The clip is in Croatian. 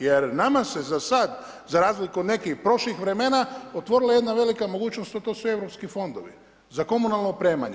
Jer nama se za sad, za razliku nekih prošlih vremena otvorila jedna velika mogućnost, a to su europski fondovi za komunalno opremanje.